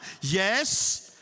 Yes